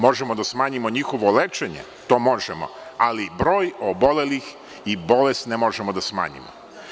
Možemo da smanjimo njihovo lečenje, to možemo, ali broj obolelih i bolest ne možemo da smanjimo.